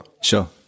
sure